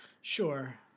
Sure